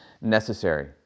necessary